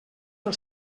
del